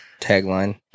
tagline